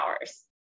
hours